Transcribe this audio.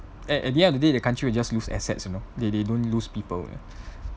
at the end of the day the country would just lose assets you know they they don't lose people